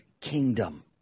kingdom